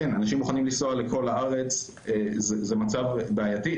אין, אנשים מוכנים לנסוע לכל הארץ, זה מצב בעייתי.